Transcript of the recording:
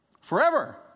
forever